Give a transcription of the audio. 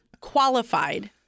qualified